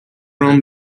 round